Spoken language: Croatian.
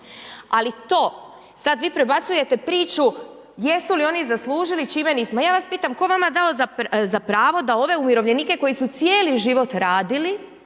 Ali to sada vi prebacujete priču jesu li oni zaslužili čime nismo. Ja vas pitam tko je vama dao za pravo da ove umirovljenike koji su cijeli život radili